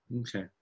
Okay